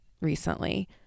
recently